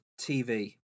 TV